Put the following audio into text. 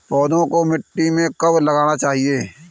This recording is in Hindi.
पौधों को मिट्टी में कब लगाना चाहिए?